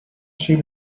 she